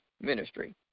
ministry